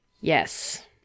Yes